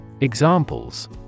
Examples